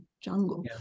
jungle